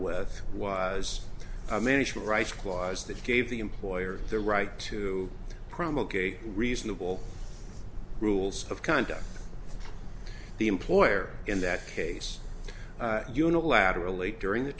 with was a management rights clause that gave the employer the right to promulgate reasonable rules of conduct the employer in that case unilaterally during the